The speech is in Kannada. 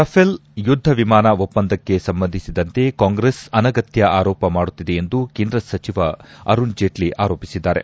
ರಫೇಲ್ ಯುದ್ದ ವಿಮಾನ ಒಪ್ಪಂದಕ್ಕೆ ಸಂಬಂಧಿಸಿದಂತೆ ಕಾಂಗ್ರೆಸ್ ಅನಗತ್ಯ ಆರೋಪ ಮಾಡುತ್ತಿದೆ ಎಂದು ಕೇಂದ್ರ ಸಚಿವ ಅರುಣ್ ಜೇಟ್ಲ ಆರೋಪಿಸಿದ್ದಾರೆ